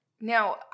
Now